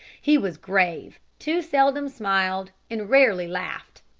he was grave, too seldom smiled, and rarely laughed.